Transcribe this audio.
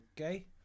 okay